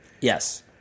Yes